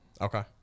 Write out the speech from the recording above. Okay